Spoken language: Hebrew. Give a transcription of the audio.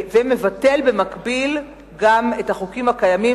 וגם מבטל במקביל את החוקים הקיימים